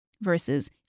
versus